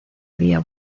había